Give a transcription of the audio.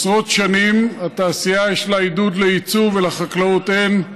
עשרות שנים לתעשייה יש עידוד ליצוא ולחקלאות אין.